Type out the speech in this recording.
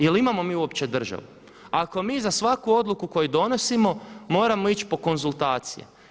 Je li imamo mi uopće državu ako mi za svaku odluku koju donosimo moramo ići po konzultacije?